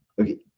Okay